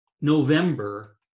November